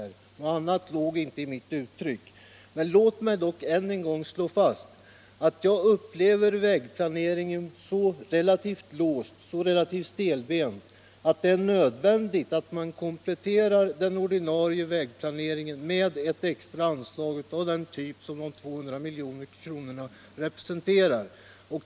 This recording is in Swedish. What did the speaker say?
Något annat låg inte i mitt uttryck. Låt mig dock än en gång slå fast att jag upplever vägplaneringen så relativt låst och stelbent att man bör komplettera den ordinarie vägplaneringen med ett extra anslag av den typ som de 200 miljonerna representerar.